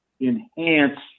enhance